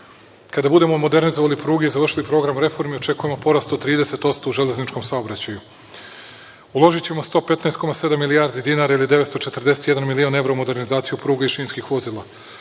Kada budemo modernizovali pruge, završili program reforme, očekujemo porast od 30% u železničkom saobraćaju. Uložićemo 115,7 milijardi dinara ili 941 milion evra u modernizaciju pruga i šinskih vozila.